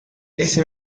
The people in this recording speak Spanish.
ese